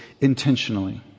intentionally